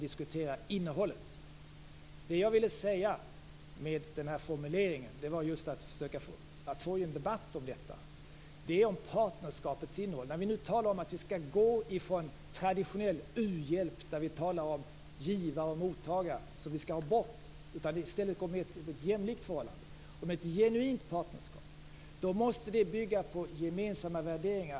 Det jag ville säga med min formulering var just att få i gång en debatt om partnerskapets innehåll. Vi talar nu om att vi skall gå ifrån traditionell u-hjälp med givare och mottagare till ett mer jämlikt förhållande. Ett genuint partnerskap måste bygga på gemensamma värderingar.